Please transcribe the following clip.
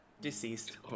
deceased